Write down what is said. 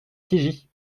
tigy